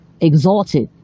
exalted